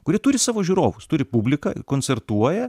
kurie turi savo žiūrovus turi publiką koncertuoja